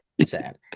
sad